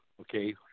Okay